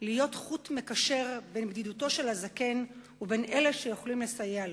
להיות חוט מקשר בין בדידותו של הזקן ובין אלה שיכולים לסייע לו.